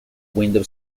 window